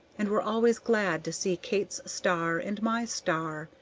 and were always glad to see kate's star and my star,